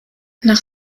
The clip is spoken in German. nach